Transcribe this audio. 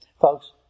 Folks